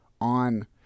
on